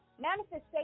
Manifestation